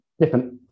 different